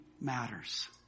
matters